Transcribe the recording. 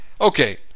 Okay